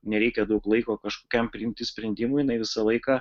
nereikia daug laiko kažkokiam priimti sprendimui jinai visą laiką